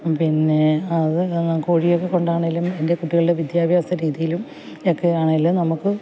പിന്നെ അത് കോഴിയൊക്കെ കൊണ്ട് ആണെങ്കിലും എൻ്റെ കുട്ടികളുടെ വിദ്യാഭ്യാസ രീതിയിലും ഒക്കെയാണെങ്കിലും നമ്മൾക്ക്